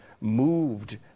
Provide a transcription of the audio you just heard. moved